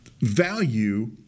value